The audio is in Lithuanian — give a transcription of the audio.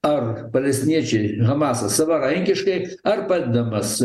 ar palestiniečiai hamasas savarankiškai ar padedamas